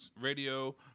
radio